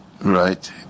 right